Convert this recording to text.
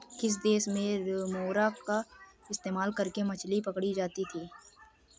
किस देश में रेमोरा का इस्तेमाल करके मछली पकड़ी जाती थी?